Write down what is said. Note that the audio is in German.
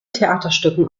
theaterstücken